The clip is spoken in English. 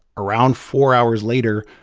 around four hours later,